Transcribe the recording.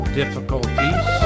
difficulties